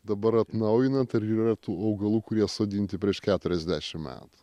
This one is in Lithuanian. dabar atnaujinant ar yra tų augalų kurie sodinti prieš keturiasdešimt metų